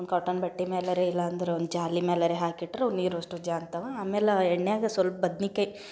ಒಂದು ಕಾಟನ್ ಬಟ್ಟಿ ಮ್ಯಾಲರೂ ಇಲ್ಲಾಂದ್ರೆ ಒಂದು ಜಾಲಿ ಮ್ಯಾಲರೂ ಹಾಕಿಟ್ರೆ ನೀರಷ್ಟು ಜಾನ್ತವೆ ಆಮೇಲೆ ಎಣ್ಣೆಯಾಗ ಸಲ್ಪ ಬದ್ನಿಕಾಯಿ